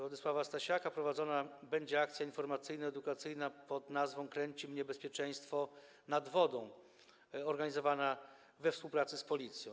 Władysława Stasiaka prowadzona będzie akcja informacyjno-edukacyjna pod nazwą „Kręci mnie bezpieczeństwo nad wodą”, organizowana we współpracy z policją.